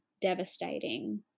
devastating